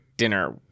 dinner